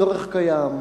הצורך קיים.